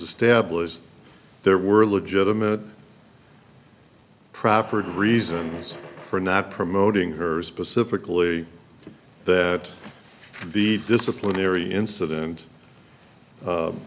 established there were legitimate proffered reasons for not promoting her specifically that the disciplinary incident